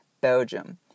Belgium